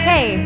Hey